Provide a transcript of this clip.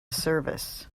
service